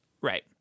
Right